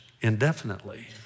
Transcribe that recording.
indefinitely